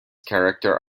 character